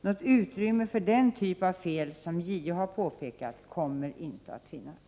Något utrymme för den typ av fel som JO påpekat kommer inte att finnas.